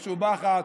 משובחת,